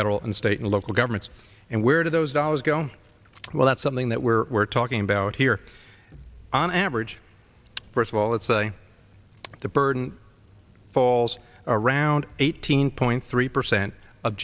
federal and state and local governments and where do those dollars go well that's something that we're talking about here on average first of all let's say the burden falls around eighteen point three percent of